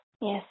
yes